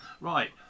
Right